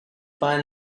find